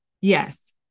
yes